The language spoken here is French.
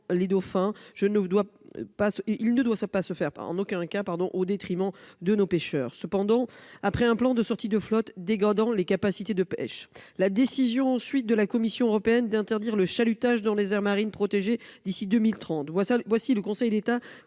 ne doit pas s'il ne doit sa pas se faire en aucun cas pardon au détriment de nos pêcheurs. Cependant, après un plan de sortie de flotte dégradant les capacités de pêche la décision. Suite de la Commission européenne d'interdire le chalutage dans les aires marines protégées d'ici 2030. Voici le Conseil d'État